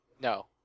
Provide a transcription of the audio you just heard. No